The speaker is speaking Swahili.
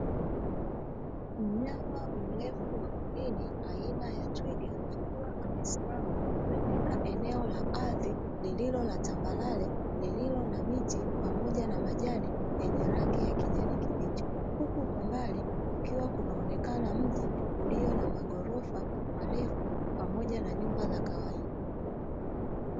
Mnyama mrefu wa porini aina ya twiga akiwa amesimama katika eneo la ardhi lililo la tambarare, lililo na miti pamoja na majani yenye rangi ya kijani kibichi; huku kwa mbali kukiwa kunaonekana mji ulio na maghorofa marefu pamoja na nyumba za kawaida.